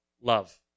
love